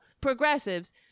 progressives